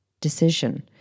decision